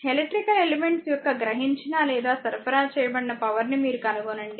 electrical elements యొక్క గ్రహించిన లేదా సరఫరా చేయబడిన పవర్ ని మీరు కనుగొనండి